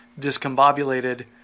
discombobulated